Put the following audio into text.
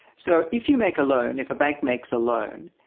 so if you make a loan, if a bank makes a loan,